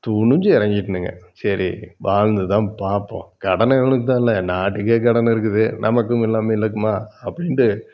துணிஞ்சி இறங்கிட்டனுங்க சரி வாழ்ந்துதான் பார்ப்போம் கடன் எவனுக்கு தான் இல்லை நாட்டுக்கே கடன் இருக்குது நமக்கும் இல்லாமல் இருக்குமா அப்படின்ட்டு